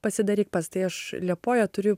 pasidaryk pas tai aš liepojo turiu